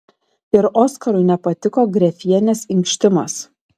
ir oskarui nepatiko grefienės inkštimas